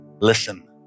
Listen